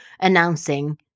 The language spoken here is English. announcing